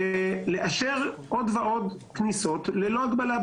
לאשר עוד ועוד כניסות, בעצם ללא הגבלה.